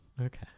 Okay